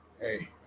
Hey